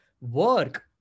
work